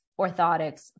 orthotics